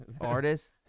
artist